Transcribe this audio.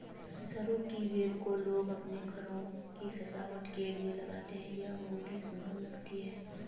सरू की बेल को लोग अपने घरों की सजावट के लिए लगाते हैं यह बहुत ही सुंदर लगती है